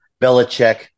Belichick